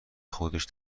خودش